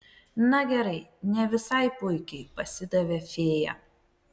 na gerai ne visai puikiai pasidavė fėja